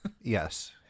Yes